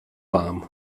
warm